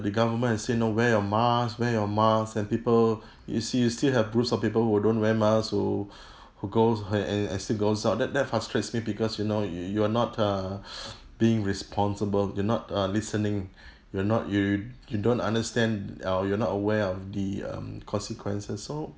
the government has said you know wear your mask wear your mask and people you see you still have groups of people who don't wear mask who who goes and and and still goes out that that frustrates me because you know you you're not uh being responsible you're not uh listening you're not you you don't understand or you're not aware of the um consequences so